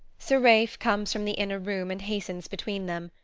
sir ralph comes from the inner room and hastens between them,